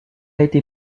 été